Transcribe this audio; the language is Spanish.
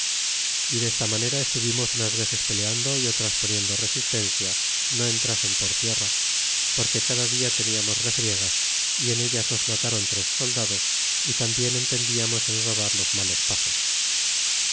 y des ta manera estuvimos unas veces peleando y otras poniendo resistencia no entrasen por tierra porque cada dia teniarnos refriegas y en ellas nos matron tres soldados y tambien entendiamos en adobar los malos pasos